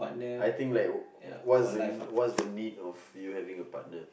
I think like what's the what's the need of you having a partner